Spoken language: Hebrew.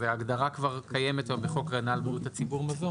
וההגדרה כבר קיימת בחוק הגנה על בריאות הציבור (מזון),